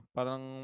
Parang